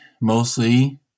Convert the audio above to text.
mostly